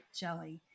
jelly